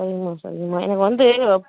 சரிங்கம்மா சரிங்கம்மா எனக்கு வந்து